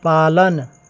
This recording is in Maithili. पालन